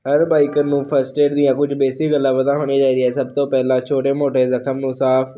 ਹਰ biker ਨੂੰ first aid ਦੀਆਂ ਕੁਝ ਬੇਸਿਕ ਗੱਲਾਂ ਪਤਾ ਹੋਣੀਆਂ ਚਾਹੀਦੀਆਂ ਸਭ ਤੋਂ ਪਹਿਲਾਂ ਛੋਟੇ ਮੋਟੇ ਜਖ਼ਮ ਨੂੰ ਸਾਫ਼